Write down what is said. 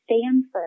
Stanford